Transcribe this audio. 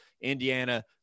Indiana